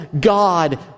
God